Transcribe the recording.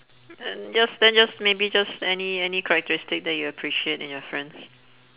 then just then just maybe just any any characteristic that you appreciate in your friends